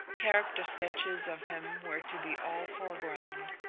character sketches of him were to be all foreground.